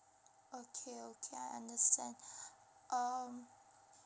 okay okay I understand um